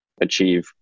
achieve